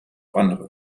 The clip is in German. andere